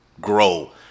grow